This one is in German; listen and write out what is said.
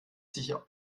sich